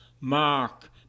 mark